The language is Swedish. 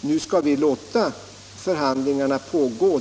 Nu skall vi låta förhandlingarna pågå.